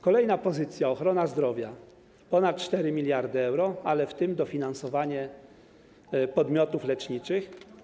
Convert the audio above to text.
Kolejna pozycja, czyli ochrona zdrowia: ponad 4 mld euro, w tym dofinansowanie podmiotów leczniczych.